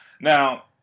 Now